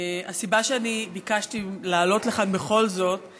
הסיבה שאני ביקשתי לעלות לכאן בכל זאת היא